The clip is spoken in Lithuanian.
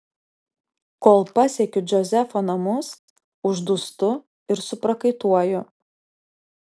kol pasiekiu džozefo namus uždūstu ir suprakaituoju